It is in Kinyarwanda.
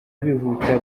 bihuta